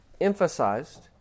emphasized